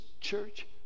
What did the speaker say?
church